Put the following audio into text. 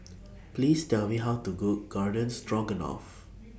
Please Tell Me How to Cook Garden Stroganoff